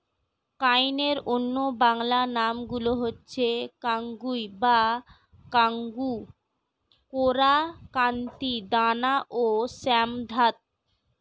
কাউনের অন্য বাংলা নামগুলো হচ্ছে কাঙ্গুই বা কাঙ্গু, কোরা, কান্তি, দানা ও শ্যামধাত